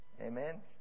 Amen